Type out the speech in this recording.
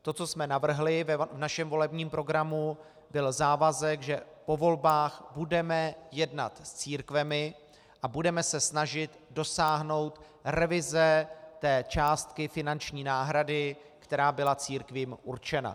To, co jsme navrhli v našem volebním programu, byl závazek, že po volbách budeme jednat s církvemi a budeme se snažit dosáhnout revize částky finanční náhrady, která byla církvím určena.